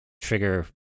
trigger